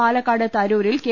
പാലക്കാട് തരൂരിൽ കെ